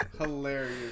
Hilarious